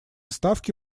ставки